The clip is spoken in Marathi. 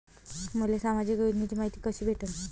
मले सामाजिक योजनेची मायती कशी भेटन?